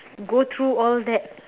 go through all that